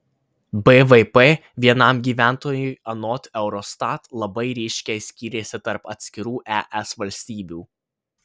bvp vienam gyventojui anot eurostat labai ryškiai skyrėsi tarp atskirų es valstybių